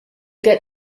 get